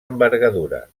envergadura